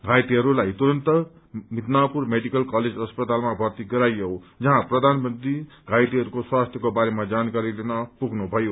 घाइतेहरूलाई तुरन्त Midnapore medical college अस्पतालमा भर्ती गराइयो जहाँ प्रधानमंत्ररी घाइतेहरूको स्वास्थ्यको बारेमा जानकारी लिन पुग्नुभीयो